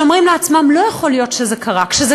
שאומרים לעצמם: לא יכול להיות שזה קרה.